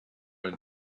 and